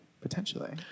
potentially